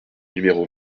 numéro